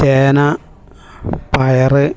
ചേന പയർ